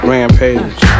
Rampage